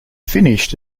finished